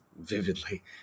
vividly